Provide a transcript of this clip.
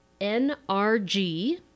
NRG